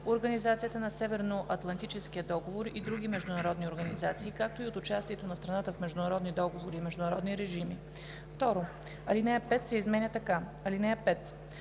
Организацията на Северноатлантическия договор и други международни организации, както и от участието на страната в международни договори и международни режими.“ 2. Алинея 5 се изменя така: „(5)